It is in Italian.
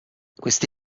questa